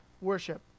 worship